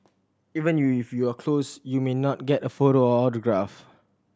even if you are close you may not get a photo or autograph